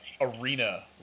arena